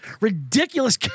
ridiculous